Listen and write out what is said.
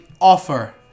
offer